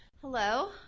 Hello